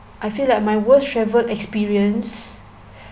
I feel like my worst travel experience